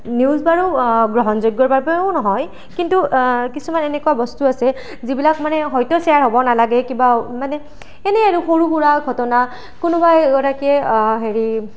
news বাৰু গ্ৰহণযোগ্য বাবেও নহয় কিন্তু কিছুমান এনেকুৱা বস্তু আছে যিবিলাক মানে হয়তে শ্বেয়াৰ হ'ব নালাগে কিবা মানে এনেই আৰু সৰু সুৰা ঘটনা কোনোবাই এগৰাকীয়ে হেৰি